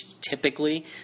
typically